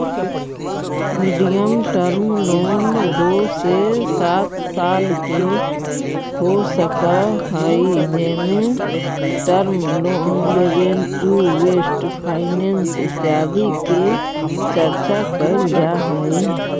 medium term loan दो से सात साल के हो सकऽ हई जेमें term loan revenue based finance इत्यादि के चर्चा कैल जा हई